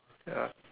ya